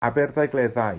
aberdaugleddau